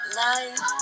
life